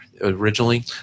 originally